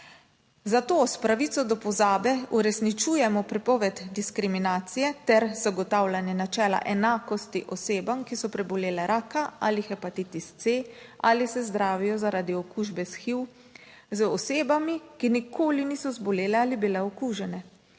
Zato s pravico do pozabe uresničujemo prepoved diskriminacije ter zagotavljanje načela enakosti osebam, ki so prebolele raka ali hepatitis C ali se zdravijo zaradi okužbe s HIV, z osebami, ki nikoli niso zbolele ali bile okužene.